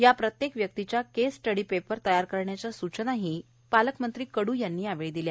या प्रत्येक व्यक्तीच्या केस स्टडी पेपर तयार करण्याच्या सूचना पालकमंत्री कडू यांनी दिल्या